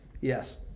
Yes